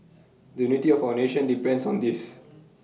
the unity of our nation depends on this